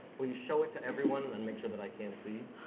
will you show it to everyone and make sure that i can't see?